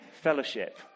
fellowship